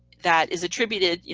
that is attributed,